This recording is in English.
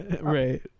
Right